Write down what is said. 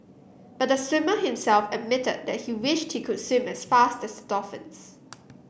but the swimmer himself admitted that he wish she could swim as fast the dolphins